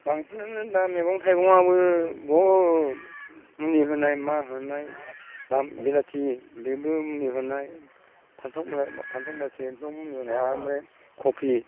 बांसिनानो दा मैगं थाइगङाबो बहुत मुलि होनाय मा होनाय बा बिलाथि बेबो मुलि होनाय फानथावफोरा फानथाव बिलाथियाथ' मुलि होनाय आरो ओमफ्राय खबि